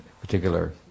particular